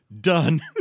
done